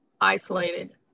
isolated